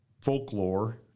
folklore